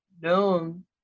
known